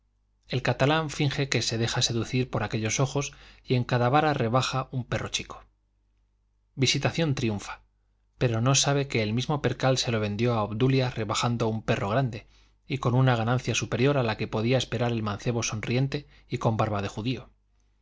el catalán finge que se deja seducir por aquellos ojos y en cada vara rebaja un perro chico visitación triunfa pero no sabe que el mismo percal se lo vendió a obdulia rebajando un perro grande y con una ganancia superior a la que podía esperar el mancebo sonriente y con barba de judío